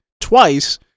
twice